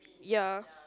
ya